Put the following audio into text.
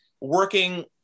working